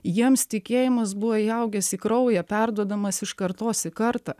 jiems tikėjimas buvo įaugęs į kraują perduodamas iš kartos į kartą